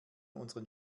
unseren